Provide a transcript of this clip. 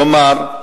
כלומר,